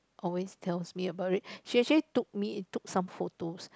always tells me about it she actually took me took some photos